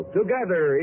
together